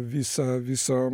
visą visą